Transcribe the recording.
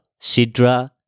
Sidra